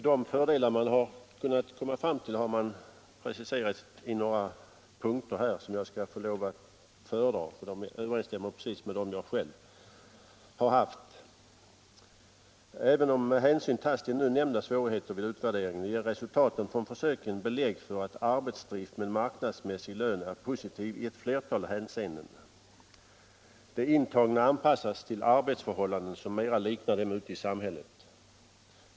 De fördelar som man kunnat komma fram till har preciserats i några punkter, som jag ber att få föredra här, eftersom de överensstämmer med den uppfattning jag själv har haft och har. Man skriver så här: ”Även om hänsyn tas till nu nämnda svårigheter vid utvärderingen ger resultaten från försöken belägg för att arbetsdrift med marknadsmässig lön är positiv i ett flertal hänseenden. --- De intagna anpassas till arbetsförhållanden som mera liknar dem ute i samhället.